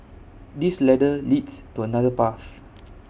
this ladder leads to another path